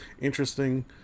interesting